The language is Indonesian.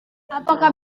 apakah